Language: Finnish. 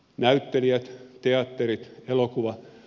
näyttelijät teatterit elokuva